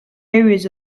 areas